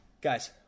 Guys